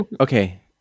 Okay